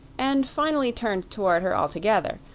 and finally turned toward her altogether,